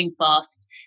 fast